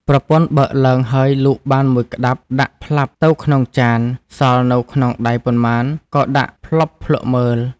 ប្រពន្ធបើកឡើងហើយលូកបាន១ក្ដាប់ដាក់ផ្លាប់ទៅក្នុងចានសល់នៅក្នុងដៃប៉ុន្មានក៏ដាក់ផ្លប់ភ្លក់មើល។